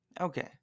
Okay